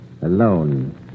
alone